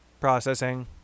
Processing